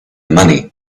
money